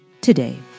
today